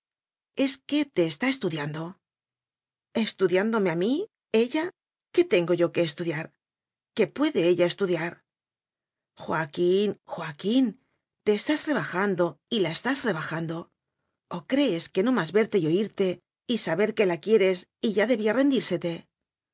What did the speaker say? es que te está estudiando estudiándome a mí ella qué tengo yo que estudiar qué puede ella estudiar joaquín joaquín te estás rebajando y la estás rebajando o crees que no más verte y oirte y saber que la quieres y ya de